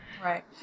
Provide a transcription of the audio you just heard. Right